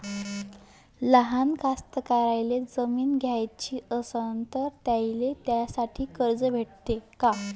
लहान कास्तकाराइले शेतजमीन घ्याची असन तर त्याईले त्यासाठी कर्ज भेटते का?